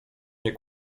nie